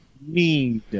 need